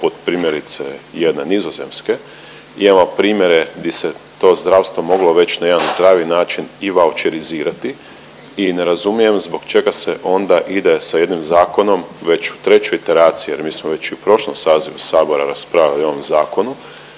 poput primjerice jedne Nizozemske, gdje imamo primjere di se to zdravstvo moglo već na jedan zdravi način i vaučerizirati i ne razumijem zbog čega se onda ide sa jednim zakonom već u trećoj iteraciji jer mi smo već i u prošlom sazivu Sabora raspravljali o ovom zakonu,